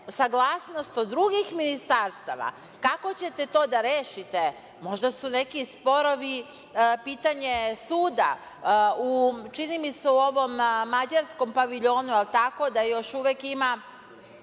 saglasnost od drugih ministarstava. Kako ćete to da rešite? Možda su neki sporovi pitanje suda. Čini mi se da u Mađarskom paviljonu još uvek ima